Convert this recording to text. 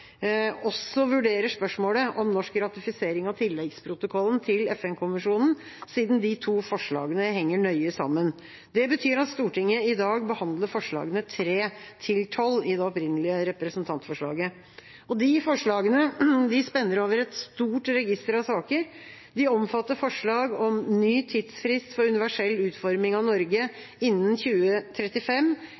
også vurderer spørsmålet om norsk ratifisering av tilleggsprotokollen til FN-konvensjonen, siden de to forslagene henger nøye sammen. Det betyr at Stortinget i dag behandler forslagene nr. 3–12 i det opprinnelige representantforslaget. De forslagene spenner over et stort register av saker. De omfatter forslag om ny tidsfrist for universell utforming av Norge innen 2035,